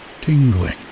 tingling